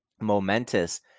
momentous